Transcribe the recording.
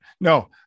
no